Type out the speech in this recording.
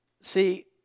See